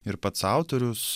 ir pats autorius